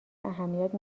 اهمیت